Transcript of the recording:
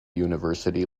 university